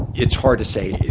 it's hard to say.